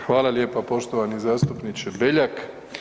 Hvala lijepa poštovani zastupniče Beljak.